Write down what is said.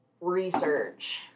research